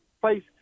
place